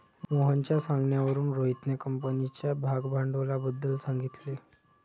मोहनच्या सांगण्यावरून रोहितने कंपनीच्या भागभांडवलाबद्दल सांगितले